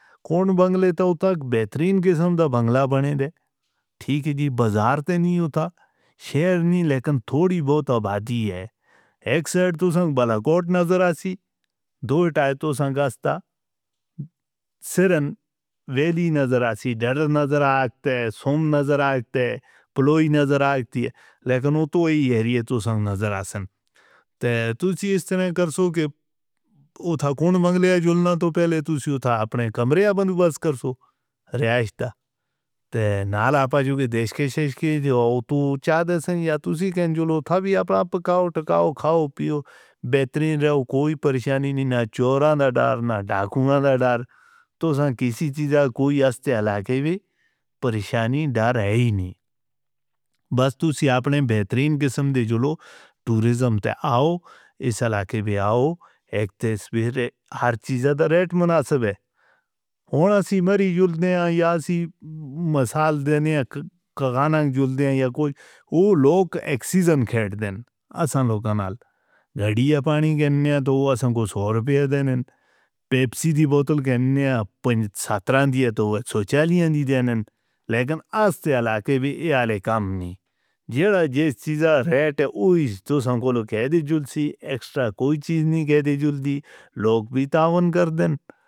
Transcription کون بنگلے تو تک بہترین قسم دا بنگلہ بنے دے۔ ٹھیک جی بازار تے نہیں ہوتا، شہر نہیں لیکن تھوڑی بوٹ آبادی ہے۔ ایک سائیڈ تو سانگ بلا کوٹ نظر آسی، دو اٹائے تو سانگ آستا۔ سرن ویلی نظر آسی، ڈھڈا نظر آک تے، سوم نظر آک تے، پلوی نظر آک تے لیکن اوہ تو ہی ہے ہر یہ تو سانگ نظر آسن۔ تے توسی اس طرح کرو کہ اتھا کون بنگلہ جلنہ تو پہلے توسی اتھا اپنے کمرے دا بنو بست کرو، رہائش دا۔ تے نال آپاں جو کہ دیش کے شش کے دی، اوہ تو چاہ دینے یا توسی کہنجلو اتھا بھی اپنا آپ کھاؤ ٹکاؤ پھیو، بہترین رہو کوئی پریشانی نہیں نا چوراں دا ڈر، نا ڈاکوں دا ڈر۔ تو سانگ کسی چیز دا کوئی اس تے علاقے ویں پریشانی ڈر ہے ہی نہیں۔ بس توسی اپنے بہترین قسم دے جلو ٹورزم تے آؤ، اس علاقے ویں آؤ، ایک تے صبح ہر چیز دا ریٹ مناسب ہے۔ ہونہ اسی مری جڑ دے ہیں یا اسی مسال دے ہیں، کاغانوں جڑ دے ہیں یا کوئی، وہ لوگ ایکسیزن کھاٹ دے ہیں، آسان لوگوں نال۔ گھڑیہ پانی کہنے ہیں تو وہ آسان کو سو روپے دے دے ہیں، پیپسی دی بوتل کہنے ہیں، ستران دی ہے تو وہ سوچالیاں دی دے دے ہیں۔ لیکن اس تے علاقے ویں ایہ آلئے کام نہیں۔ جیڑا جی سیزہ ریٹ ہے، اوہ ہی تو سان کو لو کہہ دے جڑ سی، ایکسٹا کوئی چیز نہیں کہہ دے جڑ دی، لوگ بھی تعاون کر دیں.